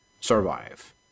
survive